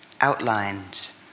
outlines